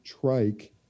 trike